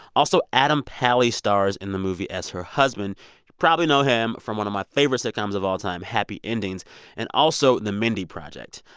also, adam pally stars in the movie as her husband. you probably know him from one of my favorite sitcoms of all time, happy endings and also the mindy project.